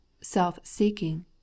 self-seeking